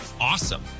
awesome